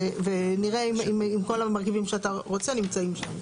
ונראה אם כל המרכיבים שאתה רוצה נמצאים שם.